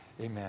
amen